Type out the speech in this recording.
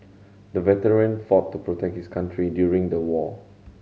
the veteran fought to protect his country during the war